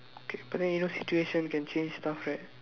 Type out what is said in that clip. okay but then in your situation can change stuff right